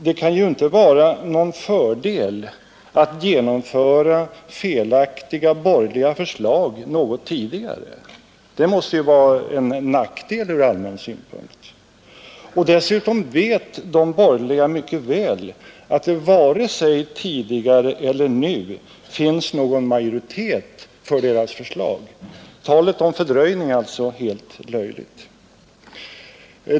Det kan inte vara någon fördel att genomföra felaktiga borgerliga förslag något tidigare; det måste vara en nackdel ur allmän synpunkt. Dessutom vet de borgerliga mycket väl att det varken tidigare funnits eller nu finns någon majoritet för deras förslag. Talet om fördröjning är alltså helt löjligt.